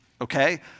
okay